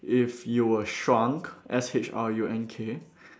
if you were shrunk S H R U N K